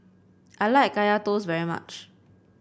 I like Kaya Toast very much